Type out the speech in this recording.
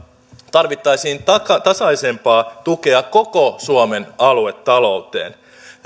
tarvittaisiin tasaisempaa tukea koko suomen aluetalouteen